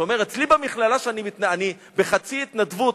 שאומר: אצלי במכללה אני בחצי התנדבות,